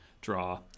draw